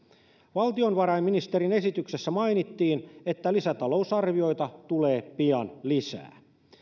valtiovarainministeriön esityksessä mainittiin että lisätalousarvioita tulee pian lisää